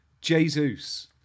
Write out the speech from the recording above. Jesus